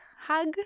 hug